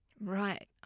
Right